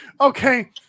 Okay